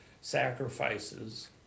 sacrifices